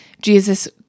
Jesus